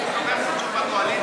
חבר חשוב בקואליציה,